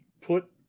put